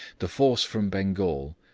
the force from bengal,